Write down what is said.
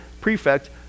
prefect